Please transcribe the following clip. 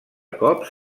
cops